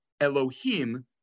Elohim